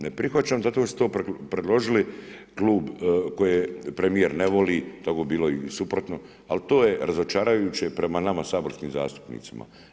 Ne prihvaćam zato što su to predložili klub koje premijer ne voli, tako bi bilo i suprotno, ali to je razočaravajuće prema nama saborskim zastupnicima.